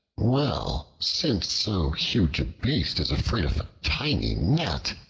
well, since so huge a beast is afraid of a tiny gnat,